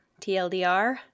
TLDR